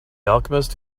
alchemist